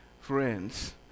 friends